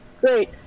great